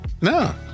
no